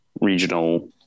regional